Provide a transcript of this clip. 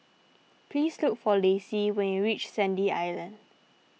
please look for Lacey when you reach Sandy Island